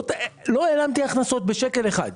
לא העלמתי הכנסות ולו בשקל אחד.